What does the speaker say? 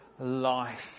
life